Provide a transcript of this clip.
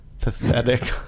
pathetic